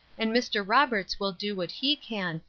and mr. roberts will do what he can,